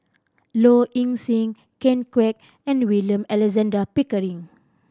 Low Ing Sing Ken Kwek and William Alexander Pickering